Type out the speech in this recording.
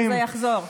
וזה יחזור,